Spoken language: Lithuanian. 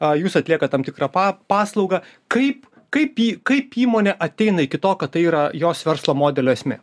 a jūs atliekat tam tikrą pa paslaugą kaip kaip į kaip įmonė ateina iki to kad tai yra jos verslo modelio esmė